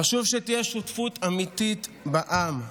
חשוב שתהיה שותפות אמיתית בעם.